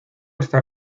esta